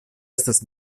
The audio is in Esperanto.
estas